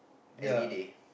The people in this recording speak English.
everyday